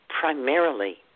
primarily